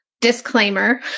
Disclaimer